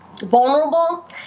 vulnerable